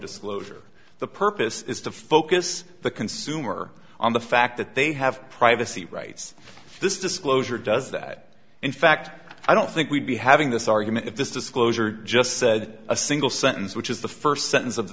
disclosure the purpose is to focus the consumer on the fact that they have privacy right this disclosure does that in fact i don't think we'd be having this argument if this disclosure just said a single sentence which is the first sentence of the